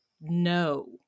no